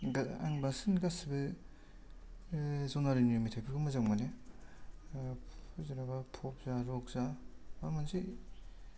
आं बांसिन गासिबो जनारिनि मेथाइफोरखौ मोजां मोनो जेनेबा प'प जा र'क जा बा मोनसे